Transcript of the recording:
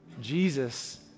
Jesus